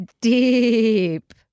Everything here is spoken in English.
Deep